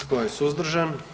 Tko je suzdržan?